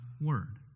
word